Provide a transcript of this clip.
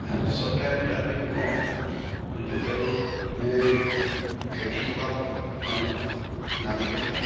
চব টাইমতে আমি নোখোৱাওঁ লোকেল এই খেতি থকা মানুহ ধানখেতি